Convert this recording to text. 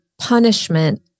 punishment